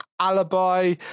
Alibi